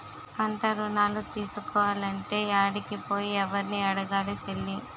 పంటరుణాలు తీసుకోలంటే యాడికి పోయి, యెవుర్ని అడగాలి సెల్లీ?